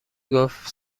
گفت